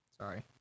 Sorry